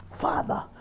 father